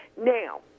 Now